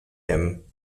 him